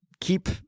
keep